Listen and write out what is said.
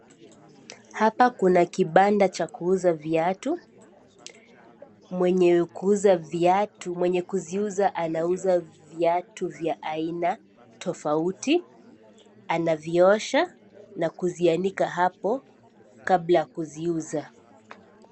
Hapa kuna kibanda cha kuuza viatu, mwenye wa kuuza viatu mwenye kuziuza anauza viatu vya aina tofauti, anaviosha na kuzianika hapo kabla ya kuziuza.